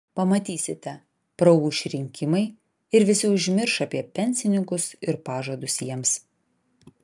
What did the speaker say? pamatysite praūš rinkimai ir visi užmirš apie pensininkus ir pažadus jiems